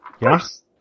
Yes